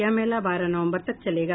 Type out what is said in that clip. यह मेला बारह नवम्बर तक चलेगा